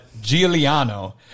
Giuliano